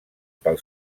pel